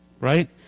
right